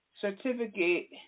certificate